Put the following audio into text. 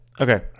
Okay